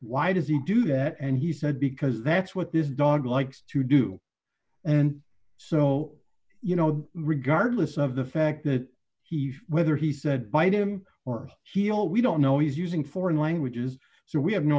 why does he do that and he said because that's what this dog likes to do and so you know regardless of the fact that he whether he said bite him or he'll we don't know he's using foreign languages so we have no